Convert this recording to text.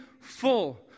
full